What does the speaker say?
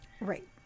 right